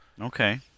Okay